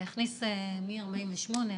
הכניס מ-48',